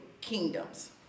kingdoms